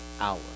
hour